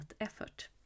effort